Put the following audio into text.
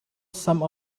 some